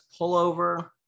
pullover